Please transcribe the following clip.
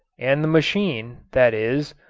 and the machine, that is,